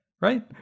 Right